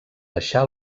deixar